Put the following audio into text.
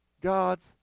God's